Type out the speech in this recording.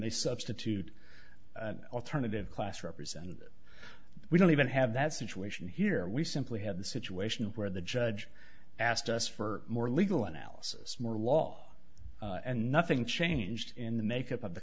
they substitute alternative class representative we don't even have that situation here we simply had the situation where the judge asked us for more legal analysis more law and nothing changed in the make up of the